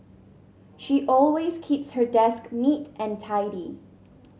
she always keeps her desk neat and tidy